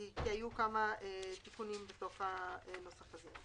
כי היו כמה תיקונים בנוסח הזה: